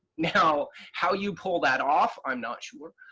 now how you pull that off, i'm not sure,